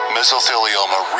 Mesothelioma